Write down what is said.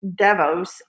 Devos